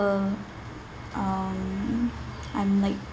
example um I'm like